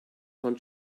von